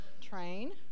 Train